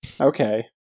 Okay